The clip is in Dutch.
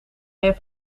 heeft